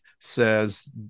says